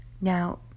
Now